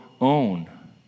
own